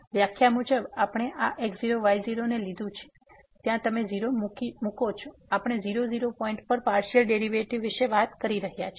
વ્યાખ્યા મુજબ આપણે આ x0y0 ને લીધું છે તમે 0 મુકો છો આપણે 00 પોઈન્ટ પર પાર્સીઅલ ડેરીવેટીવ વિશે વાત કરી રહ્યા છીએ